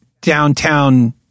downtown